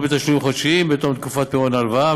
בתשלומים חודשיים בתום תקופת פירעון ההלוואה.